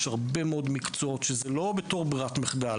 יש הרבה מאוד מקצועות שזה לא ברירת מחדל